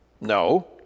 No